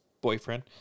boyfriend